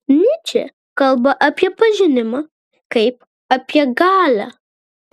nyčė kalba apie pažinimą kaip apie galią